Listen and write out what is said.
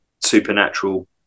supernatural